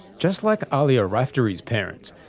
just like ahlia raftery's parents,